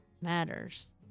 matters